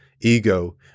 ego